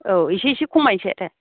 औ इसे इसे खमायनोसै दे